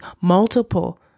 multiple